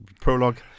prologue